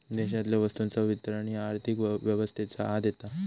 देशातल्या वस्तूंचा वितरण ह्या आर्थिक व्यवस्थेच्या आत येता